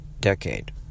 decade